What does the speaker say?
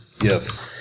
Yes